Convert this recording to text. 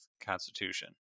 constitution